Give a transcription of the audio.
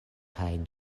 kaj